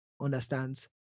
understands